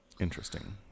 Interesting